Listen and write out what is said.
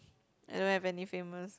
I don't have any famous